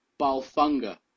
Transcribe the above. Balfunga